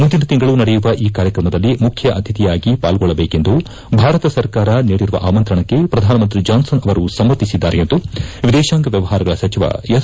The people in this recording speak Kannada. ಮುಂದಿನ ತಿಂಗಳು ನಡೆಯುವ ಈ ಕಾರ್ಯಕ್ರಮದಲ್ಲಿ ಮುಖ್ಯ ಅತಿಥಿಯಾಗಿ ಪಾಲ್ಗೊಳ್ಳಬೇಕೆಂದು ಭಾರತ ಸರ್ಕಾರ ನೀಡಿರುವ ಆಮಂತ್ರಣಕ್ಕೆ ಪ್ರಧಾನಮಂತ್ರಿ ಜಾನ್ಸನ್ ಅವರು ಸಮ್ಮತಿಸಿದ್ದಾರೆ ಎಂದು ವಿದೇಶಾಂಗ ವ್ಯವಹಾರಗಳ ಸಚಿವ ಎಸ್